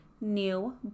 new